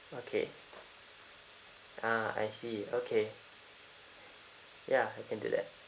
okay ah I see okay ya I can do that